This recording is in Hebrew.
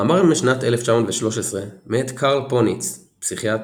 מאמר משנת 1913 מאת קרל פוניץ פסיכיאטר,